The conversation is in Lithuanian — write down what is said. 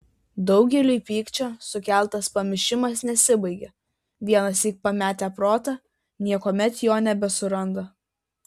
daugeliui pykčio sukeltas pamišimas nesibaigia vienąsyk pametę protą niekuomet jo nebesuranda